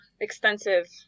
extensive